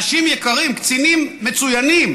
אנשים יקרים, קצינים מצוינים